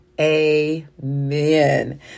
amen